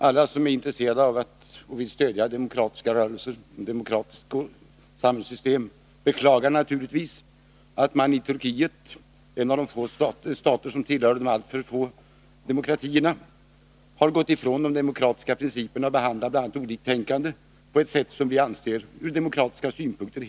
Alla som är intresserade av att stödja demokratiska rörelser och ett demokratiskt samhällssystem beklagar naturligtvis att man i Turkiet — en av de stater som tillhörde de alltför få demokratierna — har frångått de demokratiska principerna genom att bl.a. behandla oliktänkande på ett sätt som vi anser vara helt oacceptabelt ur demokratiska synpunkter.